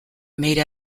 made